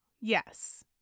Yes